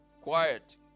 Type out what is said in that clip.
quiet